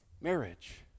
marriage